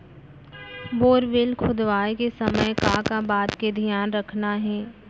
Borewell खोदवाए के समय का का बात के धियान रखना हे?